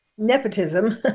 nepotism